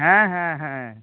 হ্যাঁ হ্যাঁ হ্যাঁ